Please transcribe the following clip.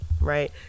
right